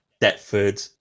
Deptford